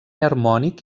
harmònic